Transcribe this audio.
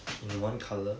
in one colour